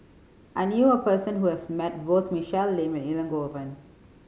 I knew a person who has met both Michelle Lim and Elangovan